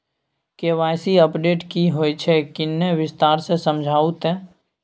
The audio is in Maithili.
के.वाई.सी अपडेट की होय छै किन्ने विस्तार से समझाऊ ते?